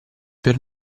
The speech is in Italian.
per